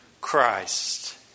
Christ